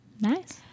nice